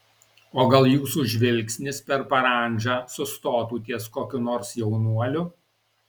o gal jūsų žvilgsnis per parandžą sustotų ties kokiu nors jaunuoliu